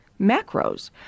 macros